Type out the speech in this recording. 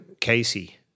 Casey